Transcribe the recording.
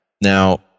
Now